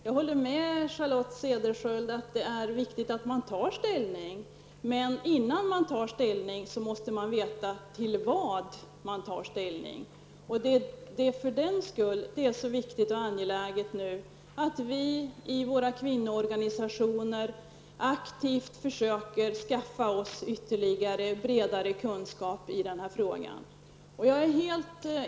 Jag håller med Charlotte Cederschiöld att det är viktigt att man tar ställning, men innan man tar ställning måste man veta till vad man tar ställning. Därför är det så viktigt och angeläget att vi nu i våra kvinnoorganisationer aktivt försöker skaffa oss ytterligare bredare kunskaper i denna fråga.